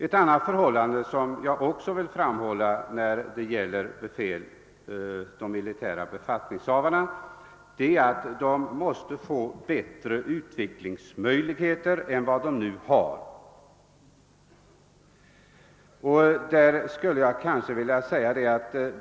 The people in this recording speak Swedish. En annan sak som jag vill framhålla är att de militära befattningshavarna måste få bättre utbildningsmöjligheter än för närvarande.